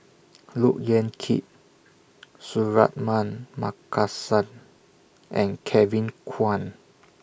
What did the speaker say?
Look Yan Kit Suratman Markasan and Kevin Kwan